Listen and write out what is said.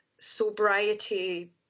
sobriety